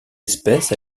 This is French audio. espèce